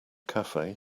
cafe